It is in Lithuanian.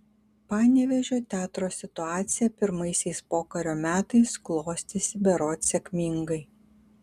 panevėžio teatro situacija pirmaisiais pokario metais klostėsi berods sėkmingai